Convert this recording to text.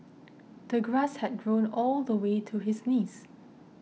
the grass had grown all the way to his knees